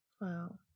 Wow